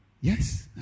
Yes